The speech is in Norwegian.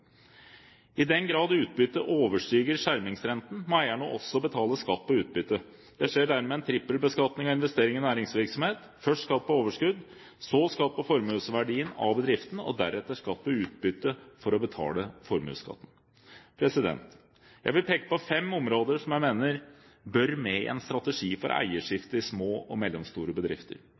I den grad utbyttet overstiger skjermingsrenten, må eierne også betale skatt på utbyttet. Det skjer dermed en trippelbeskatning av investering i næringsvirksomhet – først skatt på overskudd, så skatt på formuesverdien av bedriften og deretter skatt på utbytte for å betale formuesskatten. Jeg vil peke på fem områder som jeg mener bør med i en strategi for eierskifte i små og mellomstore bedrifter: